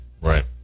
Right